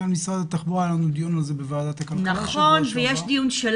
שעבר היה לנו על זה דיון בוועדת הכלכלה.